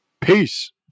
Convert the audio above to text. peace